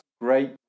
great